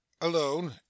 alone